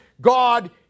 God